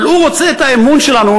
אבל הוא רוצה את האמון שלנו,